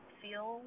feel